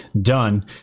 done